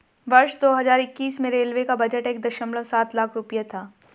वर्ष दो हज़ार इक्कीस में रेलवे का बजट एक दशमलव सात लाख रूपये था